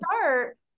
start